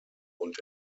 und